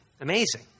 Amazing